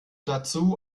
dazu